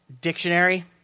dictionary